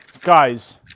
Guys